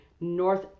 north